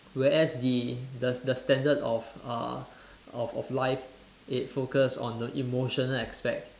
whereas the the the standard of uh of of life it focus on the emotional aspect